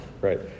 right